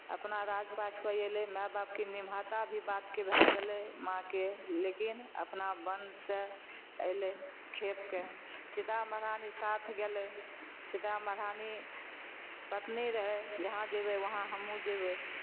अपना राजपाट पर एलै माए बापके निमहाता भी बातके भए गेलै माँके लेकिन अपना बन से अइलै खेपके सीता महरानी साथ गेलै सीता महरानी पत्नी रहै जहाँ जैबै वहाँ हमहुँ जेबै